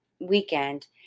weekend